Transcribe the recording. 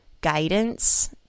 guidance